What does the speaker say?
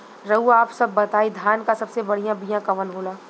रउआ आप सब बताई धान क सबसे बढ़ियां बिया कवन होला?